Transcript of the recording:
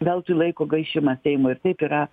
veltui laiko gaišimas seimo ir taip yra